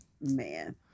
Man